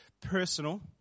personal